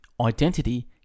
identity